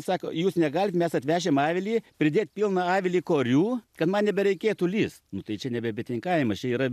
sako jūs negalit mes atvešim avilį pridėt pilną avilį korių kad man nebereikėtų lįst nu tai čia nebe bitininkavimas čia yra